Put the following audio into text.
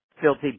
filthy